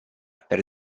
per